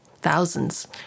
thousands